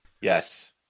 Yes